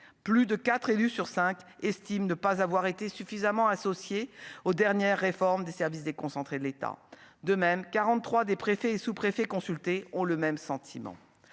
plus de 4 élus sur 5 estime ne pas avoir été suffisamment associés aux dernières réformes des services déconcentrés de l'État, de même 43 des préfets et sous-préfets consulté ont le même sentiment,